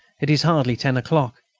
it is hardly ten o'clock.